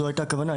זו הייתה הכוונה.